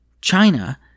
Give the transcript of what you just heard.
China